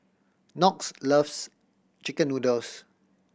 Knox loves chicken noodles